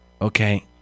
okay